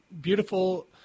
beautiful